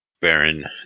Baron